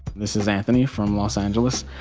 this is anthony from los angeles.